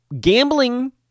Gambling